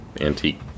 antique